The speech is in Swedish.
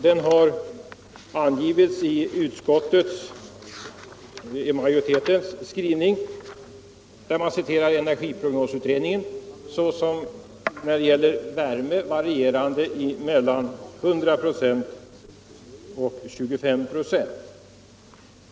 Den har angivits i utskottsmajoritetens skrivning — där man citerar energiprognosutredningen — som när det gäller värme varierande mellan 100 96 och 25 96.